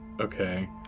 Okay